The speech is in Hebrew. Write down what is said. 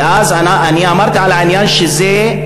ואז אמרתי על העניין שזה,